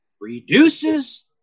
reduces